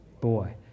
Boy